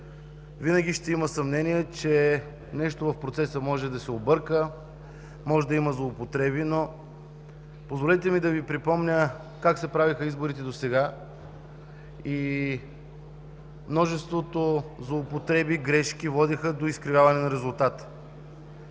винаги ще има съмнения, че нещо в процеса може да се обърка, може да има злоупотреби. Позволете ми обаче да Ви припомня как се правеха изборите досега и множеството злоупотреби и грешки водеха до изкривяване на резултатите.